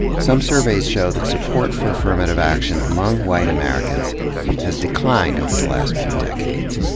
some surveys show that support for affirmative action among white americans has declined over the last few decades.